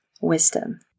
wisdom